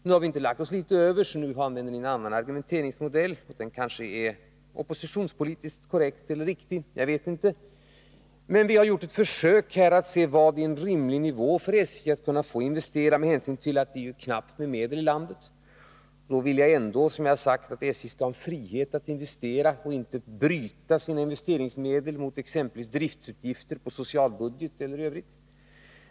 Nu har vi inte lagt oss litet över SJ:s krav, och därför använder ni en annan argumenteringsmodell. Den kanske är oppositionspolitiskt riktig — jag vet inte — men vi har gjort ett försök att bedöma vad som är rimlig nivå för SJ:s investeringar med hänsyn till att det är knappt med medel i landet. Jag vill, som sagt, att SJ skall ha frihet att investera och inte behöva skära ned sina investeringsmedel i en avvägning mot exempelvis driftutgifter på socialbudgeten.